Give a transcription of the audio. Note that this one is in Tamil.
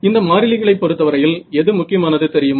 இந்த மாறிலிகளை பொறுத்த வரையில் எது முக்கியமானது தெரியுமா